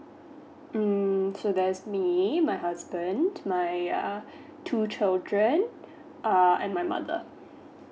mm so that's mean my husband my ah two children uh and my mother